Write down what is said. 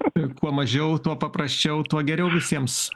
kuo mažiau tuo paprasčiau tuo geriau visiems